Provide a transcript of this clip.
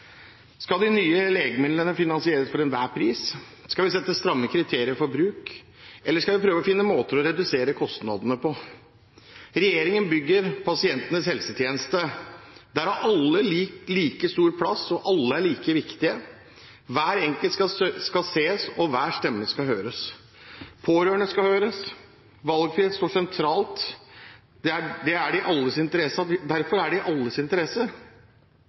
Skal de nye legemidlene finansieres for enhver pris? Skal vi sette stramme kriterier for bruk? Eller skal vi prøve å finne måter å redusere kostnadene på? Regjeringen bygger pasientenes helsetjeneste. Der har alle like stor plass, og alle er like viktige. Hver enkelt skal ses, og hver stemme skal høres. Pårørende skal høres. Valgfrihet står sentralt. Derfor er det i alles interesse at vi kan tilby den beste medisinen tilgjengelig, selv om prisen er